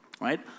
Right